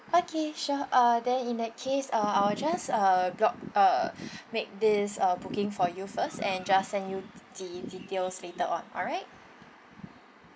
okay sure uh then in that case uh I will just uh block uh make this uh booking for you first and just send you the details later on alright